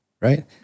Right